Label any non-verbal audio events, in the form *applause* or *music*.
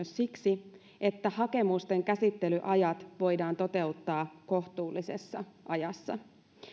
*unintelligible* siksi että hakemusten käsittelyajat voidaan toteuttaa kohtuullisessa ajassa